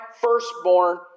firstborn